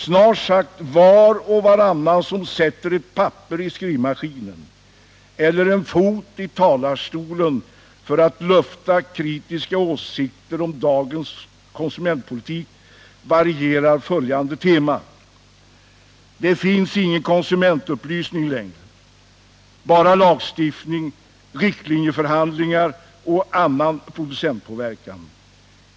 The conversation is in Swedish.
Snart sagt var och varannan som sätter ett papper i skrivmaskinen eller en fot i talarstolen för att lufta kritiska åsikter om dagens konsumentpolitik varierar följande tema: Det finns ingen konsumentupplys ning längre. Bara lagstiftning, riktlinjeförhandlingar och annan producentpåverkan.